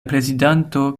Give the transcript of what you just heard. prezidanto